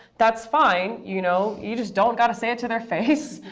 that's fine. you know you just don't get to say it to their face.